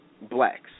blacks